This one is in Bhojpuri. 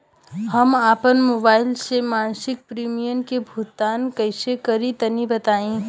हम आपन मोबाइल से मासिक प्रीमियम के भुगतान कइसे करि तनि बताई?